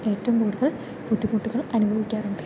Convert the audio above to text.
ഏറ്റവും കൂടുതൽ ബുദ്ധിമുട്ടുകൾ അനുഭവിക്കാറുണ്ട്